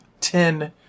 ten